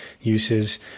uses